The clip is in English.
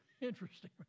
Interesting